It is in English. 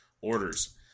orders